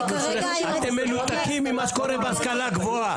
אתם מנותקים ממה שקורה בהשכלה הגבוהה.